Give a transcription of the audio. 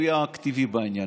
שהוא יהיה האקטיבי בעניין.